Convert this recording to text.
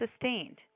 sustained